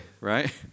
right